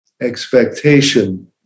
expectation